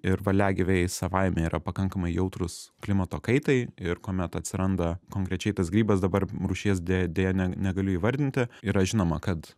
ir varliagyviai savaime yra pakankamai jautrūs klimato kaitai ir kuomet atsiranda konkrečiai tas grybas dabar rūšies deja negaliu įvardinti yra žinoma kad